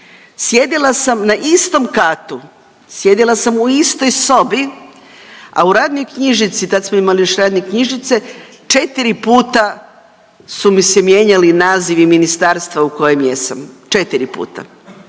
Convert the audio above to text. Sjedila sam na istom katu, sjedila sam u istoj sobi, a u radnoj knjižici, tad smo imali još radne knjižice 4 puta su mi se mijenjali nazivi ministarstva u kojem jesam. Četiri puta,